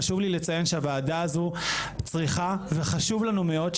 חשוב לי לציין שהוועדה הזו צריכה וזה חשוב לנו מאוד,